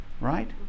Right